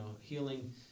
healing